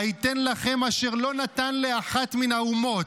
וייתן לכם אשר לא נתן לאחת מהאומות,